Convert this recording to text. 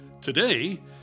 Today